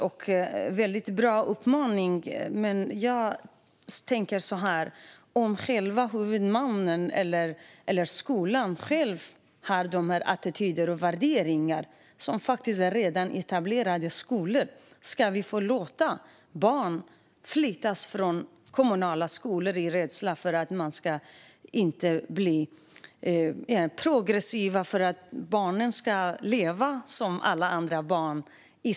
Det är väldigt bra uppmaningar, men jag tänker så här: Om huvudmannen eller skolan själv har dessa attityder och värderingar, det vill säga att attityderna finns i redan etablerade skolor, ska vi då låta barn flyttas dit från kommunala skolor på grund av föräldrarnas rädsla att barnen ska leva som alla andra barn?